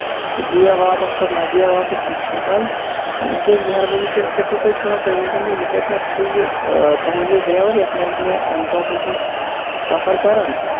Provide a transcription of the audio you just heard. سُہ دِیا واپَس پَتہٕ نہ دِیا واپَس تَتہِ چھُنہٕ پاے کیٚنہہ اس لیے مہربٲنی کٔرِتھ کٔرۍ تو تُہۍ کٲم تُہۍ ؤنۍ تو مےٚ یہِ کَتہِ نیٚس چھُو تۄہہِ یہِ تُہُند یہِ ڈرایور یَتھ منٛز مےٚ اَمہِ برونٹھ اوسُس صفر کران